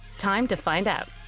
time to find out.